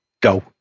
Go